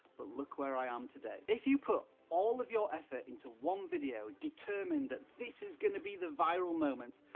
but look where i am today. if you put all of your effort into one video, determined that this is going to be the viral moment,